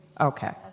Okay